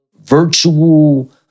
virtual